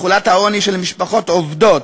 תחולת העוני של משפחות עובדות,